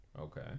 Okay